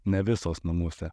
ne visos namuose